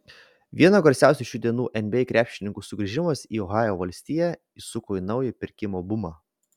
vieno garsiausių šių dienų nba krepšininkų sugrįžimas į ohajo valstiją įsuko naują pirkimo bumą